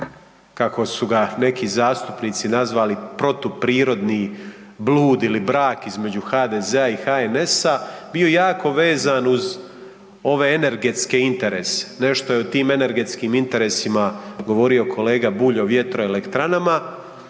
kako su ga neki zastupnici nazvali protuprirodni blud ili brak između HDZ-a i HNS-a bio jako vezan uz ove energetske interese, nešto je o tim energetskim interesima govorio kolega Bulj o vjetroelekranama